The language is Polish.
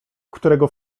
którego